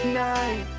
night